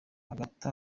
hagati